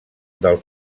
del